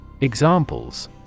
Examples